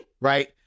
Right